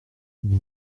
vous